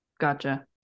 Gotcha